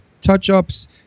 touch-ups